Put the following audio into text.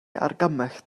argymell